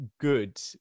good